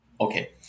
Okay